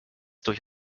durch